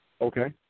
Okay